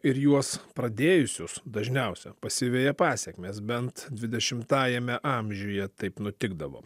ir juos pradėjusius dažniausia pasiveja pasekmės bent dvidešimtajame amžiuje taip nutikdavo